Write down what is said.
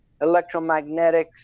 electromagnetics